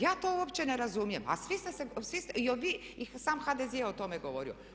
Ja to uopće ne razumijem, a svi ste se, i vi i sam HDZ je o tome govorio.